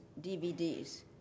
DVDs